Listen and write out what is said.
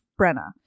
Brenna